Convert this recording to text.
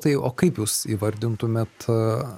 tai o kaip jūs įvardintumėt